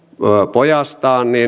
pojastaan niin